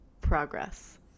progress